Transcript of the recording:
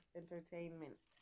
entertainment